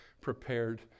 prepared